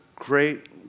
Great